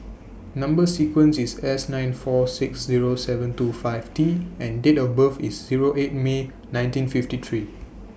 Number sequence IS S nine four six Zero seven two five T and Date of birth IS Zero eight May nineteen fifty three